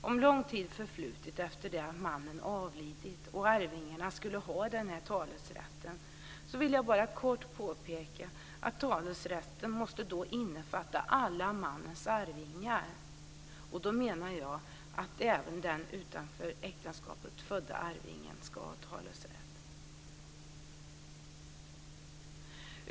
Om lång tid förflutit efter det att mannen avlidit och arvingarna skulle ha den här talerätten vill jag bara kort påpeka att talerätten måste innefatta alla mannens arvingar. Då menar jag att även den utanför äktenskapet födda arvingen ska ha talerätt.